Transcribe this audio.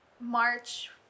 March